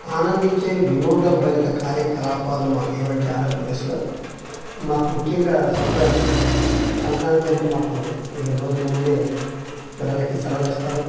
ఆనందించే వినోదభరిత కార్యకలాపాలు మాకు ఏవంటే ఆంధ్రప్రదేశ్లో మాకు ముఖ్యంగా సంక్రాంతి సంక్రాంతి అంటే మాకు పదిహేను రోజులు ముందే పిల్లలకి సెలవులు ఇస్తారు